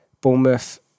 Bournemouth